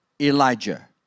Elijah